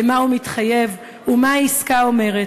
למה הוא מתחייב ומה העסקה אומרת,